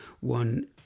one